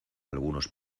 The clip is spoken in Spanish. algunos